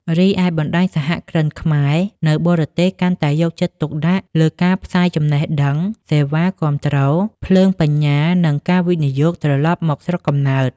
រីឯបណ្តាញសហគ្រិនខ្មែរនៅបរទេសកាន់តែយកចិត្តទុកដាក់លើការផ្សាយចំណេះដឹង សេវាគាំទ្រ ភ្លើងបញ្ញានិងការវិនិយោគត្រឡប់មកស្រុកកំណើត។